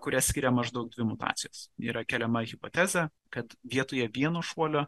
kurias skiria maždaug dvi mutacijos yra keliama hipotezė kad vietoje vieno šuolio